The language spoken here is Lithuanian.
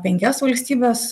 penkias valstybes